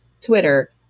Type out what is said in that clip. Twitter